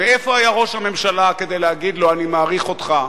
ואיפה היה ראש הממשלה כדי להגיד לו: אני מעריך אותך.